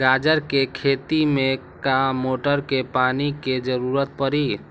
गाजर के खेती में का मोटर के पानी के ज़रूरत परी?